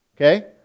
Okay